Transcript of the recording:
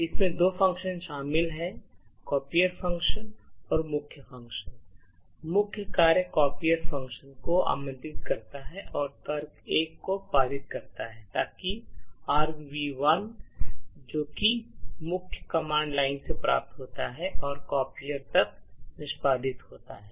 इसमें दो फ़ंक्शन शामिल होते हैं कापियर फ़ंक्शन और मुख्य फ़ंक्शन मुख्य कार्य कापियर फ़ंक्शन को आमंत्रित करता है और तर्क 1 को पारित करता है ताकि argv1 जो कि मुख्य कमांड लाइन से प्राप्त होता है और कॉपियर तब निष्पादित होता है